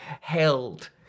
held